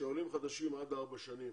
שלעולים חדשים עד ארבע שנים